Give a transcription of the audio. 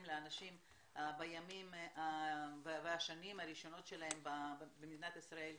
לאנשים בימים ובשנים הראשונות שלהם במדינת ישראל.